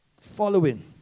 Following